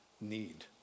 need